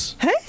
Hey